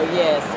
yes